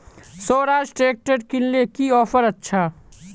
Swaraj tractor किनले की offer अच्छा?